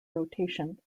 rotation